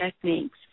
techniques